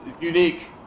unique